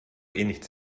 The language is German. nichts